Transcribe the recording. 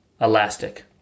Elastic